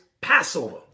Passover